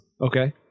Okay